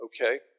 okay